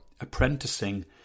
apprenticing